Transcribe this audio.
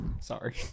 Sorry